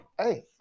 hey